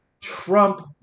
Trump